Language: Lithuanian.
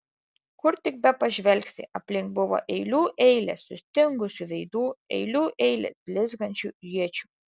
kur tik bepažvelgsi aplink buvo eilių eilės sustingusių veidų eilių eilės blizgančių iečių